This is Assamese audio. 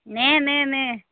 নে নে নে